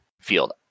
field